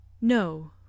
No